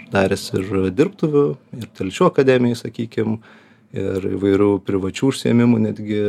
daręs ir dirbtuvių ir telšių akademijai sakykim ir įvairių privačių užsiėmimų netgi